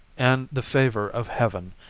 and the favour of heaven,